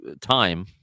time